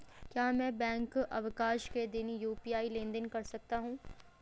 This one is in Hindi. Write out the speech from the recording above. क्या मैं बैंक अवकाश के दिन यू.पी.आई लेनदेन कर सकता हूँ?